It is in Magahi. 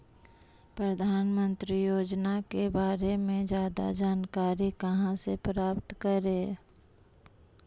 प्रधानमंत्री योजना के बारे में जादा जानकारी कहा से प्राप्त करे?